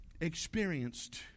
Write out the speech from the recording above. experienced